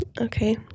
Okay